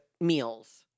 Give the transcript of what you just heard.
meals